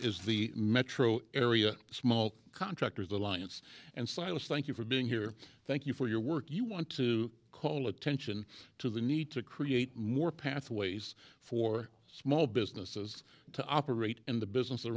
is the metro area small contractors alliance and silas thank you for being here thank you for your work you want to call attention to the need to create more pathways for small businesses to operate in the business